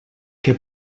que